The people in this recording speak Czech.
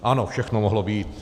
Ano, všechno mohlo být.